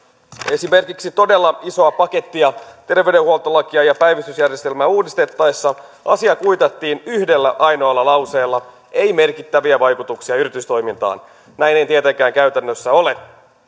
esimerkiksi todella isoa pakettia terveydenhuoltolakia ja päivystysjärjestelmää uudistettaessa asia kuitattiin yhdellä ainoalla lauseella ei merkittäviä vaikutuksia yritystoimintaan näin ei tietenkään käytännössä ole